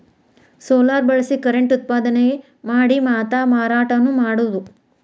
solar ಬಳಸಿ current ಉತ್ಪಾದನೆ ಮಾಡಿ ಮಾತಾ ಮಾರಾಟಾನು ಮಾಡುದು